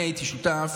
אני הייתי שותף,